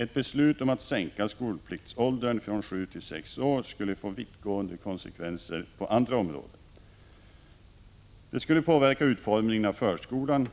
Ett beslut om att sänka skolpliktsåldern från sju till sex år skulle få vittgående konsekvenser på andra områden. Det skulle påverka utformningen av förskolan.